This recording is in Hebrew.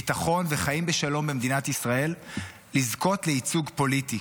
ביטחון וחיים בשלום במדינת ישראל לזכות לייצוג פוליטי,